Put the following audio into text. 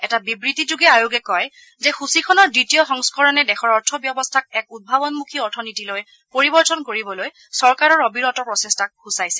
এটা বিবৃতিযোগে আয়োগে কয় যে সূচীখনৰ দ্বিতীয় সংস্কৰণে দেশৰ অৰ্থব্যৱস্থাক এক উদ্ভাৱনমুখী অথনীতিলৈ পৰিৱৰ্তন কৰিবলৈ চৰকাৰৰ অবিৰত প্ৰচেষ্টাক সূচাইছে